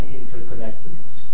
interconnectedness